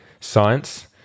science